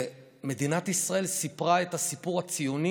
שמדינת ישראל סיפרה את הסיפור הציוני,